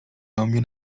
ekonomię